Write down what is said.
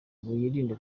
yirinde